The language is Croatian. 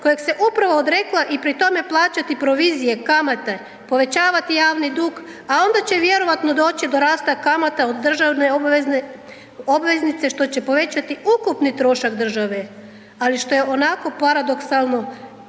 kojeg se upravo odrekla i pri tome plaćati provizije, kamate, povećavati javni dug, a onda će vjerojatno doći do rasta kamata od državne obveznice što će povećati ukupni trošak države, ali što je onako paradoksalno